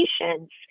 patients